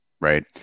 Right